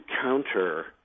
counter